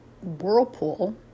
whirlpool